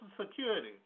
Security